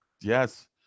Yes